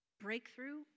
breakthrough